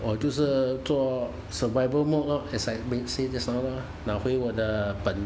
哦就是做 survival mode lor as I said just now lor 拿回我的本